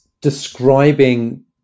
describing